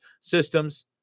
systems